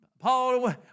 Paul